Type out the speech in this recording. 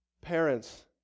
parents